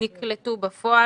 נקלטו בפועל.